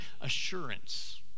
assurance